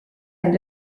end